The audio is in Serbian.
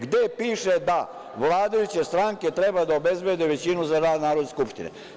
Gde piše da vladajuće stranke treba da obezbede većinu za rad Narodne skupštine?